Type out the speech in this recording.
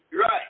Right